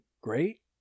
great